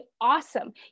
awesome